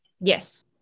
Yes